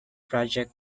project